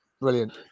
Brilliant